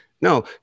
no